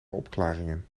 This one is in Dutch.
opklaringen